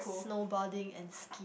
snowboarding and ski